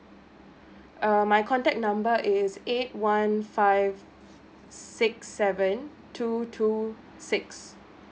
uh my contact number is eight one five six seven two two six